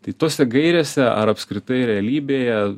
tai tose gairėse ar apskritai realybėje